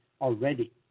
already